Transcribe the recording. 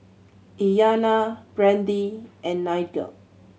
Iyanna Brandee and Nigel